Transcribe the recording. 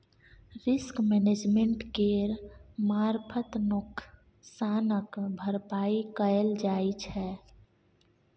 risk management केर मारफत नोकसानक भरपाइ कएल जाइ छै